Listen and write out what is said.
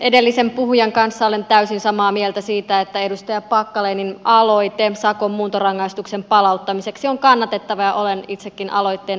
edellisen puhujan kanssa olen täysin samaa mieltä siitä että edustaja packalenin aloite sakon muuntorangaistuksen palauttamiseksi on kannatettava ja olen itsekin aloitteen allekirjoittanut